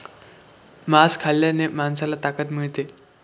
मांस खाल्ल्याने माणसाला ताकद मिळते